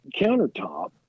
countertop